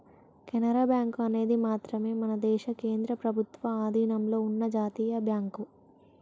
Canara bank అనేది మాత్రమే మన దేశ కేంద్ర ప్రభుత్వ అధీనంలో ఉన్న జాతీయ బ్యాంక్